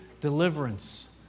deliverance